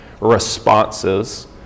responses